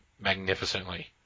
magnificently